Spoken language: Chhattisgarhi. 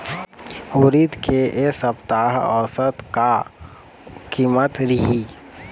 उरीद के ए सप्ता औसत का कीमत रिही?